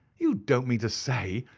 you don't mean to say,